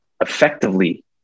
effectively